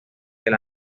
del